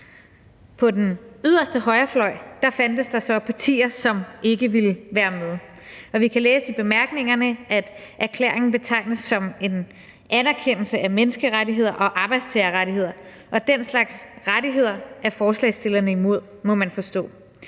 På den yderste højrefløj fandtes der så partier, som ikke ville være med. Vi kan læse i bemærkningerne, at erklæringen betegnes som en anerkendelse af menneskerettigheder og arbejdstagerrettigheder, og den slags rettigheder er forslagsstillerne imod, må man forstå.